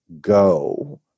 go